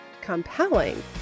compelling